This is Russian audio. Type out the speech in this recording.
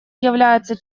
является